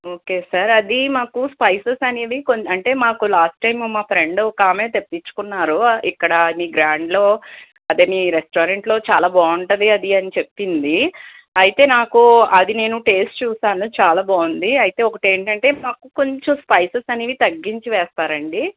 okay sir అది మాకు spices అనేవి కొం అంటే మాకు లాస్ట్ టైం మా ఫ్రెండు ఒక ఆమె తెప్పించుకున్నారు ఇక్కడ మీ గ్రాండ్లో అదే మీ రెస్టారెంట్లో చాలా బాగుంటుంది అది అని చెప్పింది అయితే నాకు అది నేను టేస్ట్ చూశాను చాలా బాగుంది అయితే ఒకటి ఏంటంటే మాకు కొంచెం స్పైసెస్ అనేవి తగ్గించి వేస్తారాండి